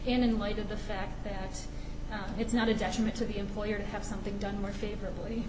in light of the fact that it's not a detriment to the employer to have something done more favorably